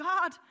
God